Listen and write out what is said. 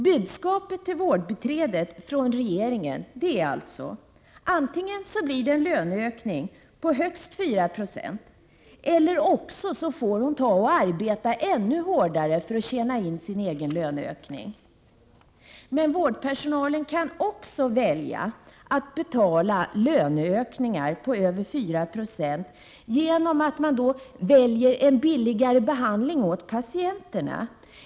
Budskapet till vårdbiträdet från regeringen är alltså: Antingen blir det löneökning på högst 4 96 eller också får hon arbeta ännu hårdare för att tjäna in sin egen löneökning. Men vårdpersonalen kan också betala löneökningar på över 4 J6 genom att välja en billigare behandling åt patienterna.